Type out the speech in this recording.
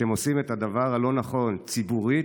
אתם עושים את הדבר הלא-נכון ציבורית,